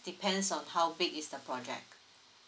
depends on how big is the project